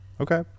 Okay